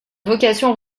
vocation